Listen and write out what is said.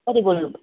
कति बोल्नुपर्ने